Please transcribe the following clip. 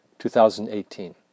2018